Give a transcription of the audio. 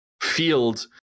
field